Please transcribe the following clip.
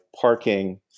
parking